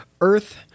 Earth